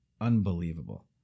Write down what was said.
Unbelievable